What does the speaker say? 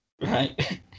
Right